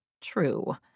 true